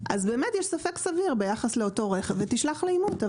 אז יש ספק סביר ביחס לאותו רכב ואז תשלח לאימות.